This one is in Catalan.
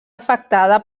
afectada